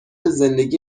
زندگی